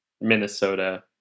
Minnesota